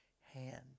hand